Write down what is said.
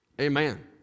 Amen